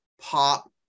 pop